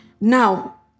Now